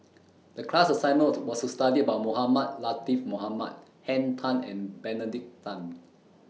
The class assignment was was to study about Mohamed Latiff Mohamed Henn Tan and Benedict Tan